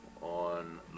On